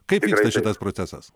kaip vyksta šitas procesas